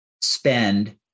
spend